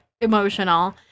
emotional